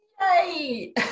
Yay